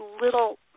little